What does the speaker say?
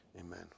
Amen